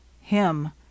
Him